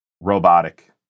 robotic